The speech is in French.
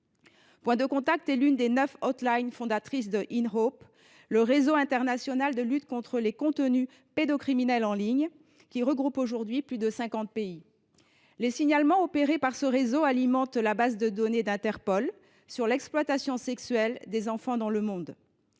Point de Contact est l’une des neuf hotlines fondatrices de Inhope, le réseau international de lutte contre les contenus pédocriminels en ligne, qui regroupe aujourd’hui plus de cinquante pays. Les signalements opérés par ce réseau alimentent la base de données d’Interpol sur l’exploitation sexuelle des enfants dans le monde.